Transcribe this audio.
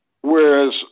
whereas